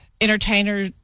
entertainer